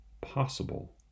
possible